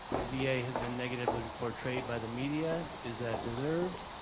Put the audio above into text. the va yeah has been negatively portrayed by the media is that deserved?